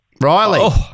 Riley